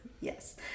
Yes